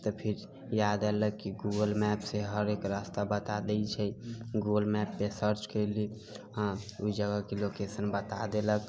तऽ फिर याद अयलक की गूगल मैप से हरेक रास्ता बता दै छै गूगल मैप पे सर्च कयली हँ ओहि जगहके लोकेशन बता देलक